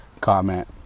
comment